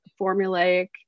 formulaic